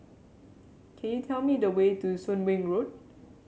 can you tell me the way to Soon Wing Road